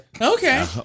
Okay